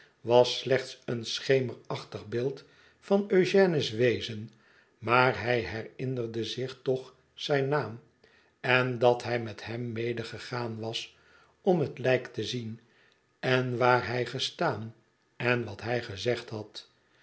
was slechts een schemerachtig beeld vaneugène s wezen maar hij herinnerde zich toch zijn naam en dat hij met hem medegegaan was om het lijk te zien en waar hij gestaan en wat hij gezegd had